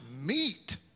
meat